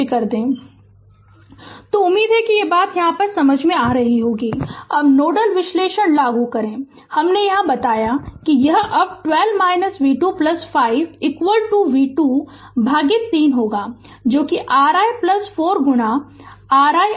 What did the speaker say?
Refer Slide Time 2910 तो उम्मीद है कि ये बातें समझ में आ रही होंगी अब नोडल विश्लेषण लागू करें हमने यहाँ बताया कि यह अब 12 v 2 5 v 2 भागित 3 होगा जो कि r i 4 गुणा r iSC होगा